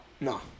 No